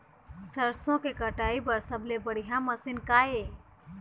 सरसों के कटाई बर सबले बढ़िया मशीन का ये?